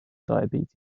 diabetes